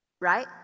right